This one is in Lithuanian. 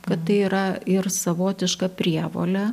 kad tai yra ir savotiška prievolė